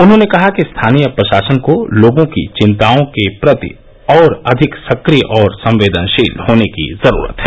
उन्होंने कहा कि स्थानीय प्रशासन को लोगों की चिंताओं के प्रति और अधिक सक्रिय और संवेदनशील होने की जरूरत है